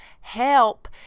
Help